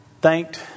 thanked